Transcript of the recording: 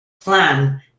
plan